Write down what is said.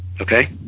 okay